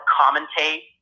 commentate